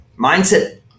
mindset